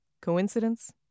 Coincidence